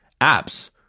apps